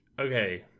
okay